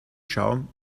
schaum